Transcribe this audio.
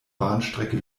bahnstrecke